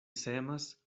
semas